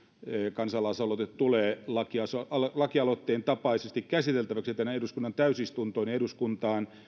kansalaisaloite tulee lakialoitteen lakialoitteen tapaisesti käsiteltäväksi tänne eduskunnan täysistuntoon ja eduskuntaan